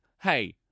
Hey